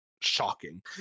Shocking